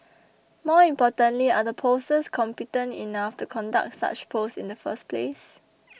more importantly are the pollsters competent enough to conduct such polls in the first place